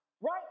right